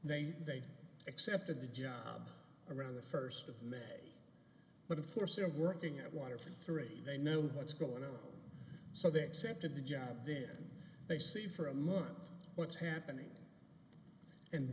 they accepted the around the first of but of course you're working at waterfront three they know what's going on so the accepted the job then they see for a month what's happening and